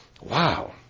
Wow